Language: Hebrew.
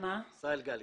גאלי,